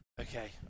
okay